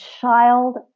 child